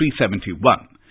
371